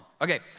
Okay